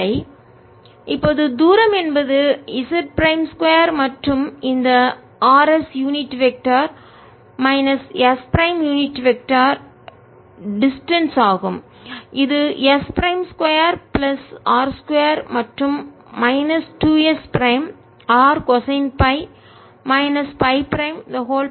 jrkδs Rrrsrsszz Bz0sϕ 0k2πs Rrs ss zzz2s2r2 2srcosϕ 32sdsdϕdz 0k2πrs Rs zzz2R2r2 2Rrcosϕ 32Rdϕdz இப்போது தூரம் என்பது z prime 2 மற்றும் இந்த r s unit vector அலகு திசையன் minus s prime unit vector அலகு திசையன் டிஸ்டன்ஸ் தூரம் ஆகும் இது s பிரைம் 2 பிளஸ் r 2 மற்றும் minus 2s prime r cosine pi minus pi prime 32